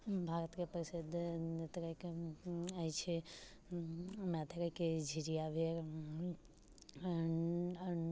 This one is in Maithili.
हूँ भारतके प्रसिद्ध नृत्य अछि मैथिलीके झिझिआ भेल अऽ